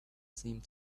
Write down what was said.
seemed